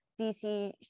DC